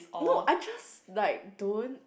no I just like don't